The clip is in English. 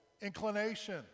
inclination